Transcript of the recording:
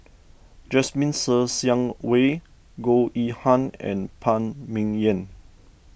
Jasmine Ser Xiang Wei Goh Yihan and Phan Ming Yen